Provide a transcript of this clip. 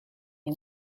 yng